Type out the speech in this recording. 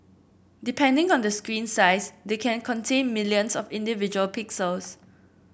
depending on the screen size they can contain millions of individual pixels